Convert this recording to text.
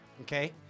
okay